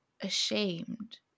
ashamed